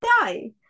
die